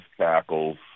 tackles